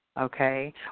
okay